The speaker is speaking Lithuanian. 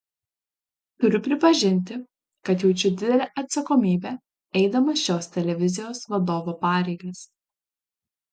turiu pripažinti kad jaučiu didelę atsakomybę eidamas šios televizijos vadovo pareigas